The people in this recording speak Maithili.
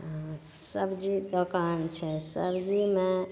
हँ सबजी दोकान छै सबजीमे